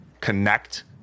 connect